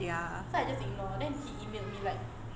ya